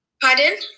pardon